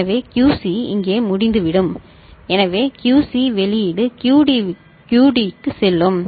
எனவே QC இங்கே முடிந்துவிடும் எனவே QC வெளியீடு QD க்கு செல்லும்